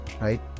right